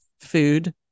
food